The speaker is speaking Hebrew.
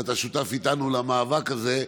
ואתה שותף איתנו למאבק הזה,